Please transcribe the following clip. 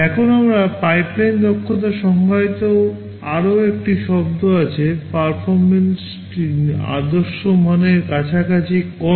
এখন আমরা পাইপলাইন দক্ষতা সংজ্ঞায়িত আরও একটি শব্দ আছে পারফরম্যান্সটি আদর্শ মানের কাছাকাছি কত